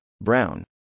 Brown